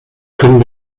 können